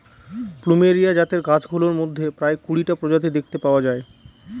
plumeria জাতের গাছগুলোর মধ্যে প্রায় কুড়িটা প্রজাতি দেখতে পাওয়া যায়